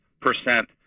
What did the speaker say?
percent